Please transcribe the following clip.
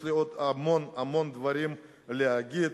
יש לי עוד המון המון דברים להגיד,